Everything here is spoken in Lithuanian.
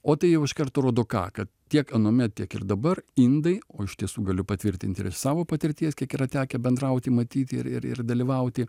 o tai jau iš karto rodo ką kad tiek anuomet tiek ir dabar indai o iš tiesų galiu patvirtinti ir iš savo patirties kiek yra tekę bendrauti matyti ir ir ir dalyvauti